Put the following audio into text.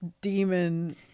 demon